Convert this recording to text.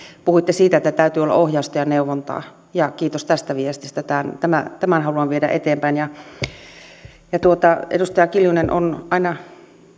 puhuitte siitä että täytyy olla ohjausta ja neuvontaa ja kiitos tästä viestistä tämän haluan viedä eteenpäin edustaja kiljunen on aina